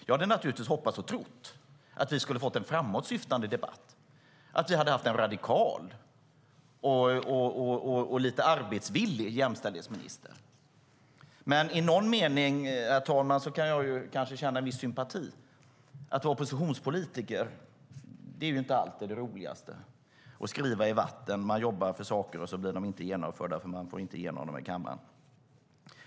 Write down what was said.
Jag hade naturligtvis hoppats och trott att vi skulle få en framåtsyftande debatt och att vi haft en radikal och lite arbetsvillig jämställdhetsminister. Herr talman! I någon mening kan jag känna en viss sympati. Att vara oppositionspolitiker är inte alltid det roligaste. Det är att skriva i vatten. Man jobbar för saker, och sedan blir de inte genomförda eftersom man inte får igenom dem i kammaren.